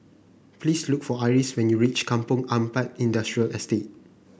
please look for Iris when you reach Kampong Ampat Industrial Estate